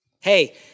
Hey